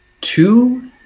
two